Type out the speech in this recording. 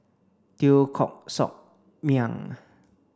Teo Koh Sock Miang